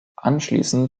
anschließend